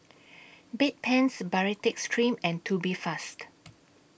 Bedpans Baritex Cream and Tubifast